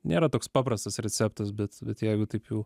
nėra toks paprastas receptas bet bet jeigu taip jau